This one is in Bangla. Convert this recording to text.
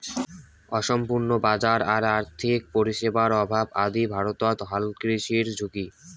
অসম্পূর্ণ বাজার আর আর্থিক পরিষেবার অভাব আদি ভারতত হালকৃষির ঝুঁকি